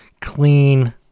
clean